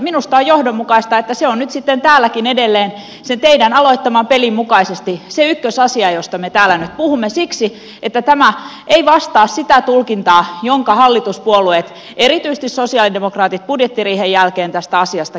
minusta on johdonmukaista että se on nyt sitten täälläkin edelleen sen teidän aloittamanne pelin mukaisesti se ykkösasia josta me täällä nyt puhumme siksi että tämä ei vastaa sitä tulkintaa jonka hallituspuolueet erityisesti sosialidemokraatit budjettiriihen jälkeen tästä asiasta kertoivat